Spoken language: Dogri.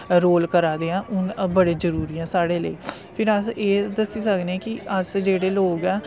रोल करा दे ऐं हून बड़े जरुरी ऐं साढ़े लेई फिर अस एह् दस्सी सकने कि अस जेह्ड़े लोग ऐं